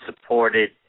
supported